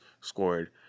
scored